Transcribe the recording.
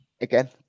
again